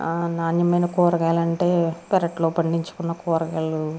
నాణ్యమైన కూరగాయలు అంటే పెరట్లో పండించుకున్న కూరగాయలు